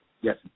yes